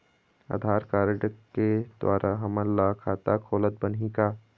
आधार card के द्वारा हमन ला खाता खोलत बनही का?